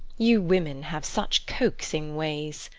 you women have such coaxing ways.